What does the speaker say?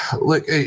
Look